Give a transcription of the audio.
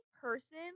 person